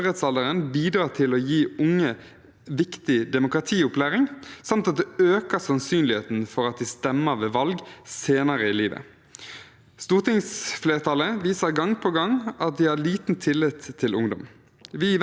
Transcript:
Stortingsflertallet viser gang på gang at de har liten tillit til ungdom. Vi i Venstre vil derimot gi ungdom den stemmen de fortjener. Det er tross alt de som skal leve lengst med beslutningene vi politikere fatter.